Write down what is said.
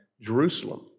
Jerusalem